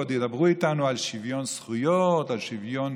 ועוד ידברו איתנו על שוויון זכויות, על שוויון